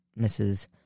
Mrs